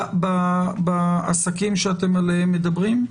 בעסקים שאתם מדברים עליהם?